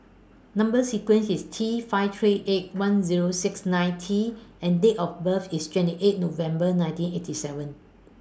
Number sequence IS T five three eight one Zero six nine T and Date of birth IS twenty eight November nineteen eighty seven